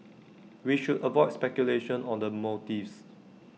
we should avoid speculation on the motives